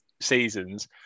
seasons